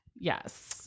yes